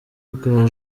bwa